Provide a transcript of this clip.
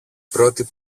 πρώτη